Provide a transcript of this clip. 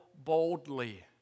boldly